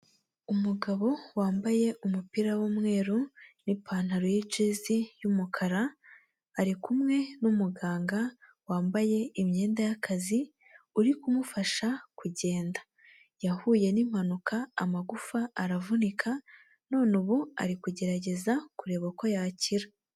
Umugabo wambaye umupira w'umweru n'ipantaro y'ijezi y'umukara, arikumwe n'umuganga wambaye imyenda y'akazi, uri kumufasha kugenda, yahuye n'impanuka amagufa aravunika none ubu ari kugerageza kureba uko yakira.